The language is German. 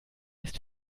ist